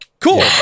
Cool